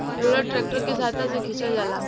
roller tractor के सहायता से खिचल जाला